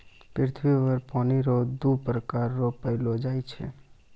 पृथ्वी पर पानी रो दु प्रकार रो पैलो जाय छै